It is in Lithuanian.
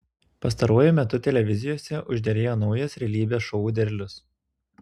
pastaruoju metu televizijose užderėjo naujas realybės šou derlius